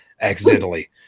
accidentally